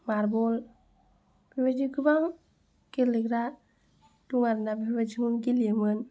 marble बेफोरबायदि गोबां गेलेग्रा दं आरो ना बेफोरबायदिखौ गेलेयोमोन